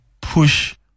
push